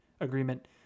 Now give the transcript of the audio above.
Agreement